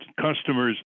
customers